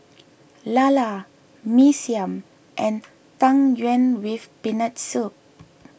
Lala Mee Siam and Tang Yuen with Peanut Soup